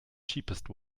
cheapest